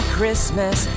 Christmas